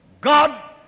God